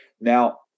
Now